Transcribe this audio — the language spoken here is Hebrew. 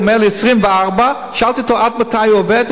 הוא אמר לי: 24. שאלתי אותו עד מתי הוא עובד,